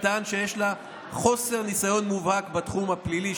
טען שיש לה חוסר ניסיון מובהק בתחום הפלילי,